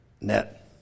net